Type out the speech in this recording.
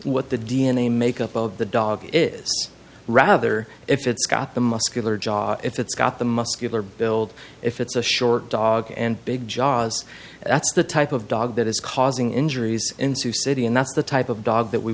what the d n a makeup of the dog is rather if it's got the muscular jaw if it's got the muscular build if it's a short dog and big jobs that's the type of dog that is causing injuries in sioux city and that's the type of dog that we